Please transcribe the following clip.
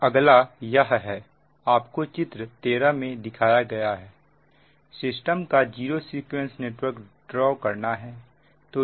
अब अगला यह है आपको चित्र 13 में दिखाए गए सिस्टम का जीरो सीक्वेंस नेटवर्क ड्रॉ करना है